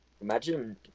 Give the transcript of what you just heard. Imagine